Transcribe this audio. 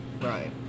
Right